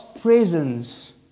presence